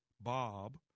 Bob